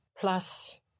plus